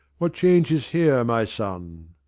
what change is here, my son?